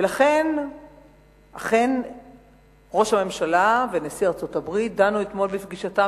אכן ראש הממשלה ונשיא ארצות-הברית דנו אתמול בפגישתם